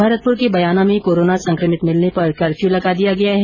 भरतपुर के बयाना में कोरोना संक्रमित मिलने पर कर्फ्यू लगा दिया गया है